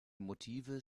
motive